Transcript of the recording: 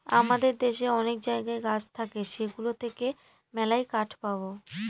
আমাদের দেশে অনেক জায়গায় গাছ থাকে সেগুলো থেকে মেললাই কাঠ পাবো